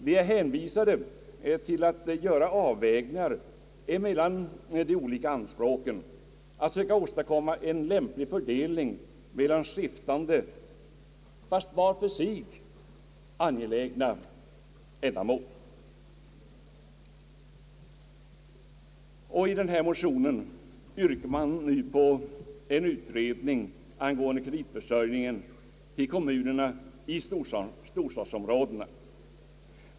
Vi är hänvisade till att göra avvägningar mellan de olika anspråken och att söka åstadkomma en lämplig fördelning mellan skiftande, vart för sig angelägna ändamål. I motionen yrkas nu på en utredning angående kreditförsörjningen för kommunerna i storstadsområdena.